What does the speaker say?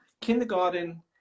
Kindergarten